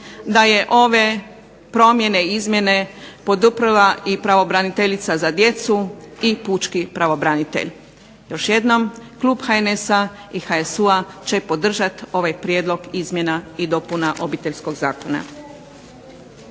da je ove promjene i izmjene poduprla i pravobraniteljica za djecu i PUčki pravobranitelj. Još jedno klub HNS-a i HSU-a će podržati ovaj prijedlog izmjena i dopuna Obiteljskog zakona.